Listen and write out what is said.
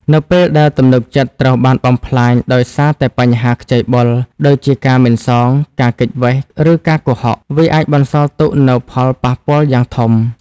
នៅពេលដែលទំនុកចិត្តត្រូវបានបំផ្លាញដោយសារតែបញ្ហាខ្ចីបុល (ដូចជាការមិនសង ការគេចវេះ ឬការកុហក) វាអាចបន្សល់ទុកនូវផលប៉ះពាល់យ៉ាងធំ។